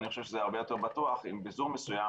אני חושב שזה הרבה יותר בטוח אם בזום מסוים